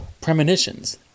premonitions